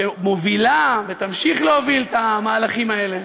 שמובילה ותמשיך להוביל את המהלכים האלה,